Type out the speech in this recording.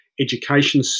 education